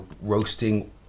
roasting